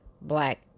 black